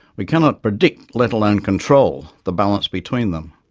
we cannot predict, let alone control, the balance between them.